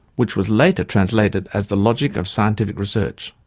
which was later translated as the logic of scientific research.